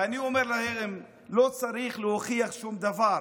ואני אומר להם: לא צריך להוכיח שום דבר.